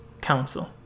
council